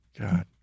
God